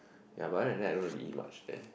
ya but other than that I don't really eat much there